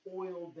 oil